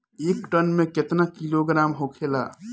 एक टन मे केतना किलोग्राम होखेला?